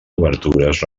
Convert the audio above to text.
obertures